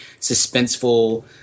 suspenseful